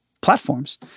platforms